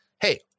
hey